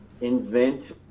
invent